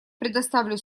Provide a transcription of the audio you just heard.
предоставлю